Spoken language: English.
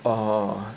(uh huh)